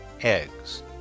eggs